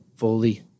fully